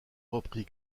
reprit